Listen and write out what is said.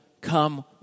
come